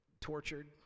tortured